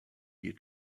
here